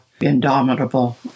Indomitable